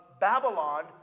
Babylon